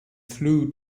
flew